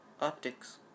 optics